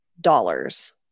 dollars